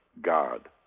God